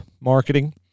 marketing